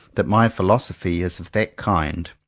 that my philosophy is of that kind.